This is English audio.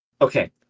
Okay